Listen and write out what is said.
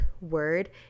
word